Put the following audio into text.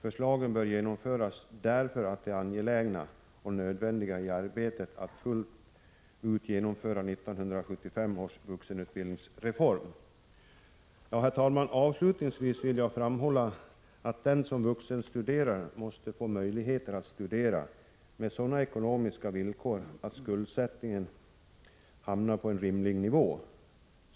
Förslagen bör genomföras därför att de är angelägna och nödvändiga i arbetet på att fullt ut genomföra 1975 års vuxenutbildningsreform. Herr talman! Avslutningsvis vill jag framhålla att den som vuxenstuderar måste få möjligheter att studera under sådana ekonomiska villkor att skuldsättningen hamnar på en rimlig nivå.